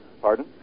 Pardon